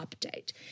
update